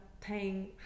paying